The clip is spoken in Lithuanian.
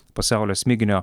pasaulio smiginio